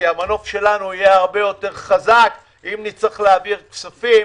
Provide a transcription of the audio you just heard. כי המנוף שלנו יהיה הרבה יותר חזק אם נצטרך להעביר כספים